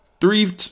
Three